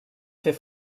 fer